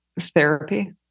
therapy